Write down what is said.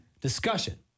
discussion